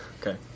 Okay